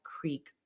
Creek